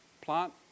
plant